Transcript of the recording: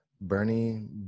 Bernie